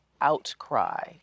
outcry